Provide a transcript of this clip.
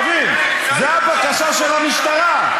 תבין, זו הבקשה של המשטרה.